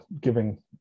giving